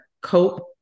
cope